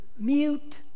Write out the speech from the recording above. Mute